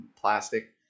plastic